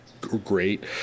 great